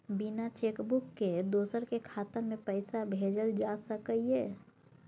बिना cheque book के दोसर के खाता में पैसा भेजल जा सकै ये?